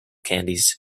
candies